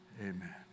amen